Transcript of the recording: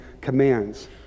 commands